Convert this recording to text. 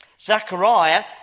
Zechariah